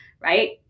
right